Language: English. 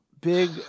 big